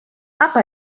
apa